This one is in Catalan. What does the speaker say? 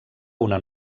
una